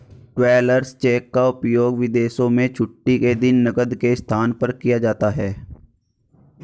travellers cheque का उपयोग विदेशों में छुट्टी के दिन नकद के स्थान पर किया जाता है